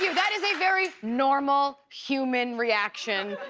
that is a very normal human reaction.